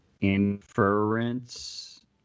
inference